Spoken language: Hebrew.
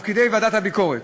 תפקידי ועדת הביקורת: